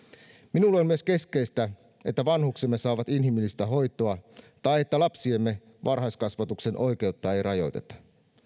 minulle on myös keskeistä että vanhuksemme saavat inhimillistä hoitoa tai että lapsiemme varhaiskasvatuksen oikeutta ei rajoiteta